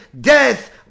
death